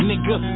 Nigga